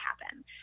happen